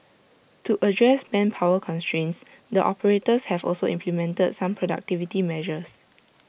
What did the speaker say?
to address manpower constraints the operators have also implemented some productivity measures